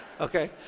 okay